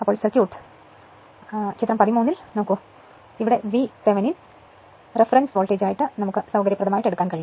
അപ്പോൾ സർക്യൂട്ട് ചിത്രം 13 ആയി കുറയുന്നു അതിൽ വി തെവനിൻ റഫറൻസ് വോൾട്ടേജായി എടുക്കാൻ സൌകര്യപ്രദമാണ്